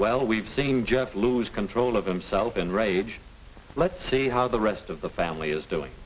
well we've seen jeff lose control of himself and rage lets see how the rest of the family is doing